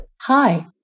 Hi